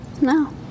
No